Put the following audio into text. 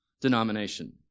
denomination